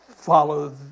Follow